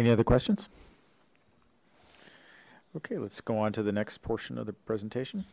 any other questions okay let's go on to the next portion of the presentation